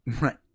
Right